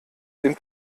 dem